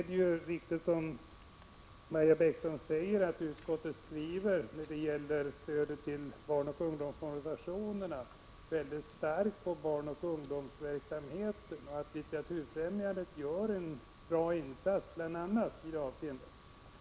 Det är riktigt, som Maja Bäckström säger, att utskottet skriver väldigt starkt om stödet till barnoch ungdomsorganisationerna. Litteraturfrämjandet gör en bra insats inom barnoch ungdomsverksamheten.